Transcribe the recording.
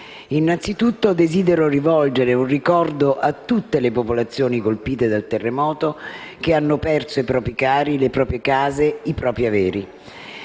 Innanzitutto desidero rivolgere un ricordo a tutte le popolazioni colpite dal terremoto, che hanno perso i propri cari, le proprie case e i propri averi.